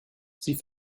sie